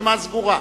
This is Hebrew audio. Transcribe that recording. הרשימה סגורה.